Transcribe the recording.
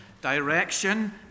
direction